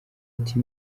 ati